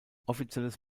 offizielles